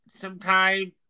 sometime